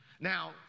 Now